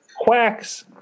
Quacks